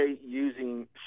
using